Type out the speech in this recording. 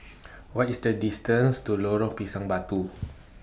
What IS The distance to Lorong Pisang Batu